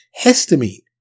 histamine